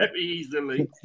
easily